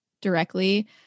directly